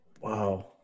Wow